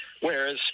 whereas